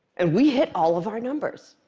and we hit all of our numbers.